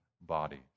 body